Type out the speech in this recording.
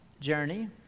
journey